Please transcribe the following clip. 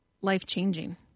life-changing